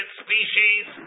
species